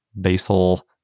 basal